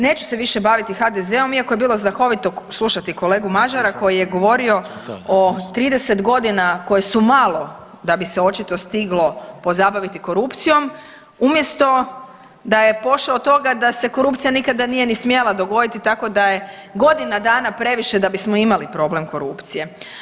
Neću se baviti više HDZ-om iako je bilo znakovito slušati kolegu Mažara koji je govorio o 30 godina koje su malo da bi se očito stiglo pozabaviti korupcijom, umjesto da je pošao od toga da se korupcija nije ni smjela dogoditi tako da je godina dana previše da bismo imali problem korupcije.